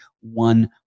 one